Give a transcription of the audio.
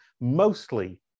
mostly